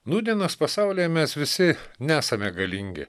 nūdienos pasaulyje mes visi nesame galingi